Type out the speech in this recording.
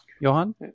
Johan